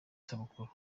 isabukuru